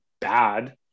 bad